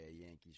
Yankees